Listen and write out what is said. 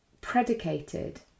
predicated